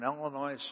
Illinois